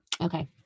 Okay